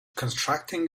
constructing